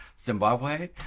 Zimbabwe